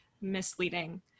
misleading